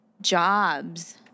Jobs